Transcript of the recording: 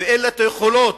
ואין לה את היכולות